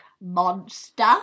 Monster